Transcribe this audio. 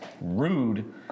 Rude